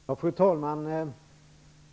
Fru talman!